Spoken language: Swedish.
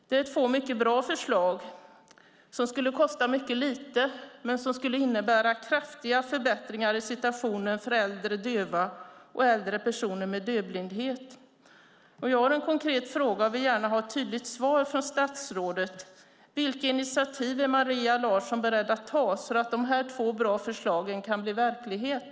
Det är två bra förslag som skulle kosta lite men som skulle innebära kraftiga förbättringar i situationen för äldre döva och äldre personer med dövblindhet. Jag har en konkret fråga och vill gärna ha ett tydligt svar från statsrådet: Vilka initiativ är Maria Larsson beredd att ta för att de två bra förslagen kan bli verklighet?